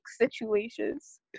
situations